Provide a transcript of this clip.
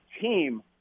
team